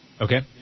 Okay